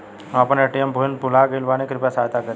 हम आपन ATM PIN भूल गईल बानी कृपया सहायता करी